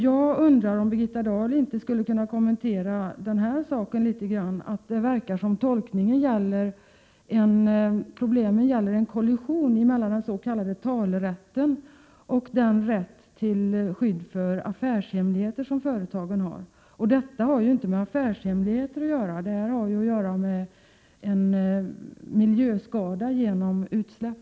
Jag undrar om inte Birgitta Dahl skulle kunna kommentera förhållandet att problemen verkar gälla en kollision mellan den s.k. talerätten och den rätt till skydd för affärshemligheter som företag har. Detta har ju inte med affärshemligheter att göra, utan det handlar om miljöskador genom utsläpp.